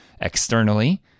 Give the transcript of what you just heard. externally